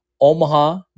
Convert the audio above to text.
omaha